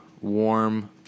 warm